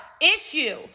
issue